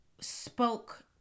spoke